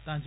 तां जे